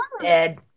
Dead